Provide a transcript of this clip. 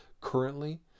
currently